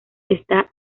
está